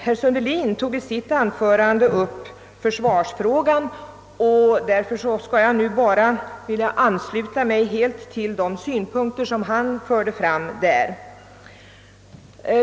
Herr Sundelin gick i sitt anförande in på försvarsfrågan, och därvidlag ber jag att helt få ansluta mig till de synpunkter han framförde.